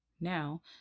now